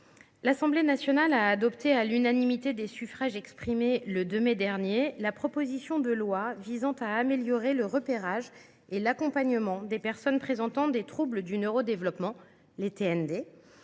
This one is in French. l’Assemblée nationale a adopté à l’unanimité des suffrages exprimés, le 2 mai dernier, la proposition de loi visant à améliorer le repérage et l’accompagnement des personnes présentant des troubles du neurodéveloppement (TND)